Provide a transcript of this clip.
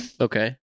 Okay